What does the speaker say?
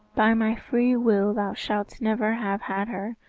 by my free will thou shouldst never have had her,